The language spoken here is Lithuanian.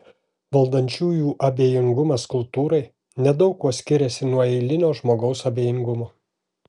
valdančiųjų abejingumas kultūrai nedaug kuo skiriasi nuo eilinio žmogaus abejingumo